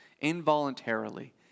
involuntarily